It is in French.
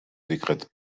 décrète